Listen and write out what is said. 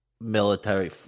military